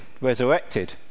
resurrected